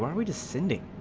um we descended